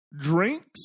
drinks